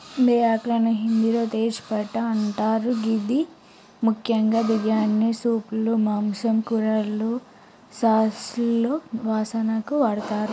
బేఆకులను హిందిలో తేజ్ పట్టా అంటరు గిది ముఖ్యంగా బిర్యానీ, సూప్లు, మాంసం, కూరలు, సాస్లలో వాసనకు వాడతరు